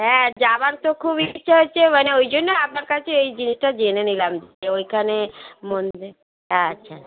হ্যাঁ যাওয়ার তো খুব ইচ্ছো হচ্ছে মানে ওই জন্য আপনার কাছে এই জিনিসটা জেনে নিলাম যে ওইখানে মন্দির আচ্ছা